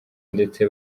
ndetse